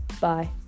Bye